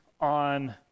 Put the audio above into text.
on